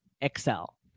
excel